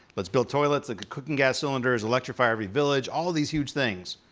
let's build toilets, ah cooking gas cylinders, electrify every village, all these huge things,